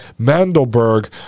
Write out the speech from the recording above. Mandelberg